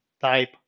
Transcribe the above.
type